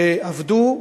שעבדו.